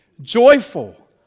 Joyful